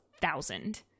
thousand